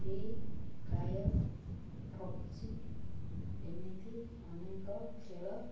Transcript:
free Fire PUBG ଏମିତି ଅନେକ ଖେଳ